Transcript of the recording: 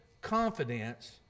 confidence